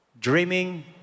dreaming